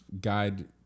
guide